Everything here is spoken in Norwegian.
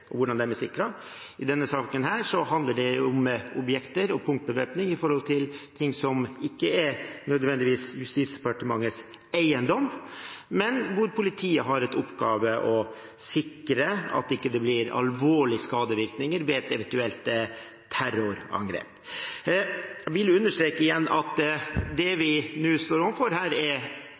og hvordan de er sikret. I denne saken handler det om objekter og punktbevæpning som gjelder ting som ikke nødvendigvis er Justisdepartementets eiendom, men hvor politiet har til oppgave å sikre at det ikke blir alvorlige skadevirkninger ved et eventuelt terrorangrep. Jeg vil igjen understreke at det vi nå står overfor, er områder hvor det i all hovedsak, f.eks. på Oslo lufthavn, allerede er